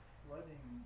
flooding